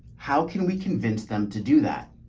how can we convince them to do that?